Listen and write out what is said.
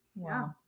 Wow